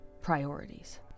priorities